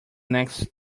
next